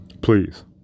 Please